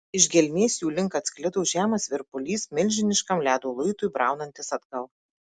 iš gelmės jų link atsklido žemas virpulys milžiniškam ledo luitui braunantis atgal